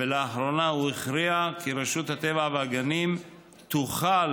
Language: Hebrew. ולאחרונה הוא הכריע כי רשות הטבע והגנים תוכל,